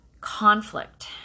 conflict